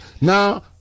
now